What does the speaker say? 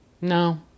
no